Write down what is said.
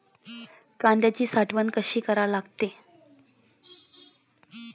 कांद्याची साठवन कसी करा लागते?